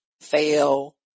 fail